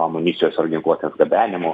amunicijos ar ginkluotės gabenimu